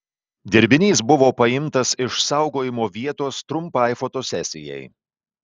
dirbinys buvo paimtas iš saugojimo vietos trumpai fotosesijai